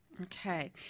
Okay